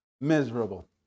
miserable